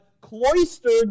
cloistered